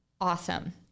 awesome